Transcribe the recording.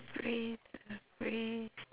phrase a phrase